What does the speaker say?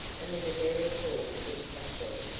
and with a merry call to the captain,